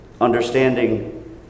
understanding